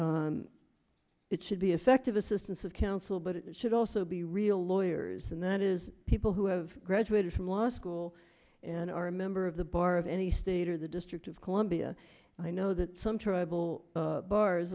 funding it should be effective assistance of counsel but it should also be real lawyers and that is people who have graduated from law school and are a member of the bar of any state or the district of columbia i know that some tribal bars